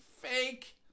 fake